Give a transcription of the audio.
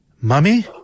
Mummy